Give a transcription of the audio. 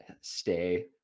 stay